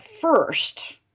first